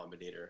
Combinator